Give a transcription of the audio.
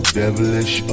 devilish